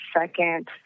second